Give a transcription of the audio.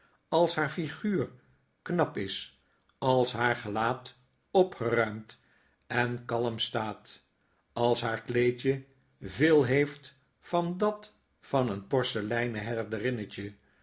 als haar iiguur knap is als haar gelaat opgeruimd en kalm staat als haar kleedje veel heeft van dat van een porseleinen